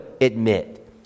admit